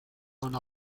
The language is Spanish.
una